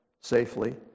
safely